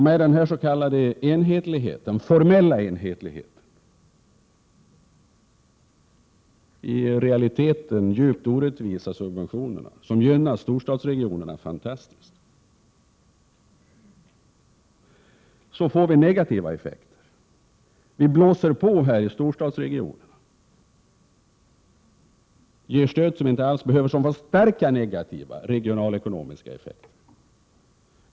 Med denna formella enhetlighet, som i realiteten innebär djupt orättvisa subventioner som gynnar storstadsregionerna, får vi negativa effekter. Man trampar bara på när det gäller storstadsregionerna och ger stöd som inte alls behövs — stöd som medför starka negativa regionalekonomiska effekter.